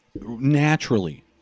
naturally